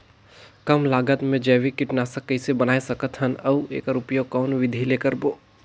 कम लागत मे जैविक कीटनाशक कइसे बनाय सकत हन अउ एकर उपयोग कौन विधि ले करबो?